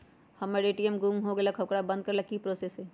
हमर ए.टी.एम गुम हो गेलक ह ओकरा बंद करेला कि कि करेला होई है?